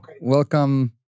Welcome